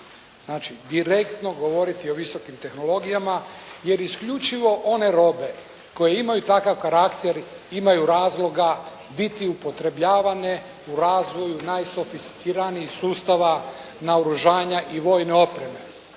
znači direktno govoriti o visokim tehnologijama, jer isključivo one robe koje imaju takav karakter imaju razloga biti upotrebljavane u razvoju najsofisticiranijih naoružanja i vojne opreme.